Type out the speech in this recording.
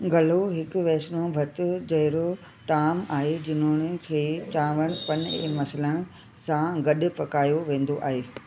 गल्हो हिकु वैशिनो भत जहिड़ो ताम आहे जिन्हनि खे चांवर पन ऐं मसालनि सां गॾु पकायो वेंदो आहे